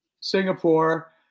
Singapore